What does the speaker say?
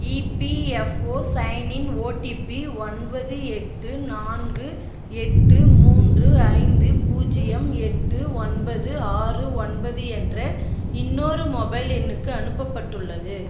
EPFO sign in OTP ஒன்பது எட்டு நான்கு எட்டு மூன்று ஐந்து பூஜ்ஜியம் எட்டு ஒன்பது ஆறு ஒன்பது என்ற இன்னொரு மொபைல் எண்ணுக்கு அனுப்பப்பட்டுள்ளது